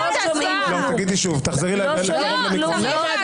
תגידי שוב למיקרופון.